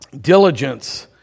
diligence